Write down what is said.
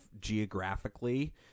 geographically